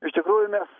iš tikrųjų mes